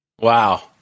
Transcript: Wow